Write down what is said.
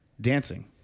dancing